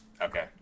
okay